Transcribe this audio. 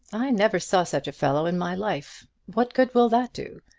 i never saw such a fellow in my life. what good will that do?